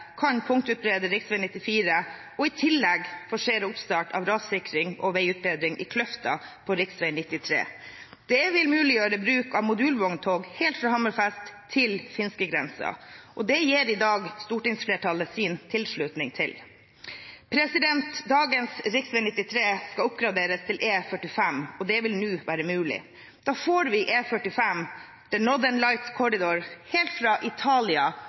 kan både punktutbedre rv. 94 og i tillegg forsere oppstart av rassikring og veiutbedring i Kløfta på rv. 93. Det vil muliggjøre bruk av modulvogntog helt fra Hammerfest til finskegrensen, og det gir i dag stortingsflertallet sin tilslutning til. Dagens rv. 93 skal oppgraderes til E45, og det vil nå være mulig. Da får vi E45, «The Northern Light Corridor», helt fra Italia